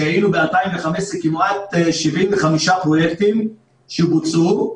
כשב-2015 כמעט 75 פרויקטים בוצעו.